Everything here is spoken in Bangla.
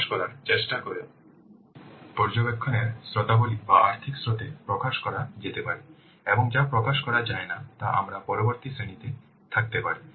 আমরা জানি যে আর্থিক পরিভাষার ক্ষেত্রে আর্থিক দিক থেকে আমরা বিভিন্ন ধরণের উপকার এবং ব্যয় দেখতে পাব যা পর্যবেক্ষণের শর্তাবলী বা আর্থিক শর্তে প্রকাশ করা যেতে পারে এবং যা প্রকাশ করা যায় না যা আমরা পরবর্তী শ্রেণীতে থাকতে পারি